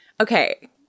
Okay